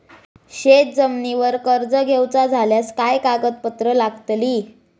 शेत जमिनीवर कर्ज घेऊचा झाल्यास काय कागदपत्र लागतली?